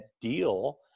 deal